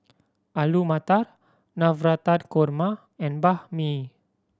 Alu Matar Navratan Korma and Banh Mi